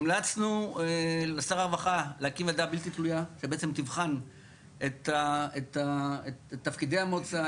המלצנו לשר הרווחה להקים ועדה בלתי תלויה שבעצם תבחן את תפקידי המועצה,